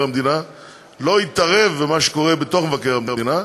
המדינה לא יתערב במה שקורה בתוך מבקר המדינה,